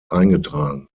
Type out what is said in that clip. eingetragen